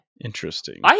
Interesting